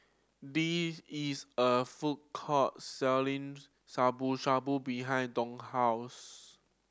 the is a food court selling Shabu Shabu behind Dow's house